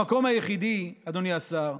המקום היחידי, אדוני השר,